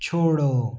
छोड़ो